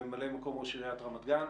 ממלא מקום ראש עיריית רמת גן.